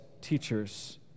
teachers